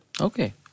Okay